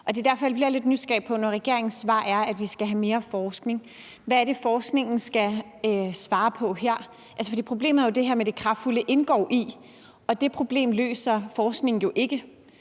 jeg bliver lidt nysgerrig, når regeringens svar er, at vi skal have mere forskning. Hvad er det, forskningen skal svare på her? Problemet er jo, at det her med det kraftfulde indgår i det, og det problem løser forskningen jo ikke.